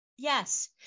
Yes